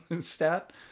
stat